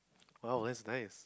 !wow! that's nice